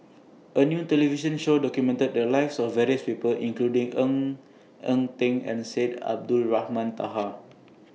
A New television Show documented The Lives of various People including Ng Eng Teng and Syed Abdulrahman Taha